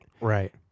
Right